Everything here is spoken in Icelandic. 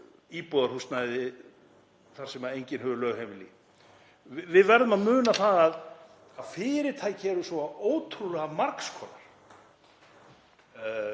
íbúðarhúsnæði þar sem enginn hefur lögheimili. Við verðum að muna að fyrirtæki eru svo ótrúlega margs konar.